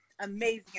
amazing